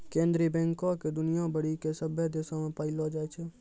केन्द्रीय बैंको के दुनिया भरि के सभ्भे देशो मे पायलो जाय छै